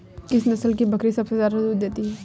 किस नस्ल की बकरी सबसे ज्यादा दूध देती है?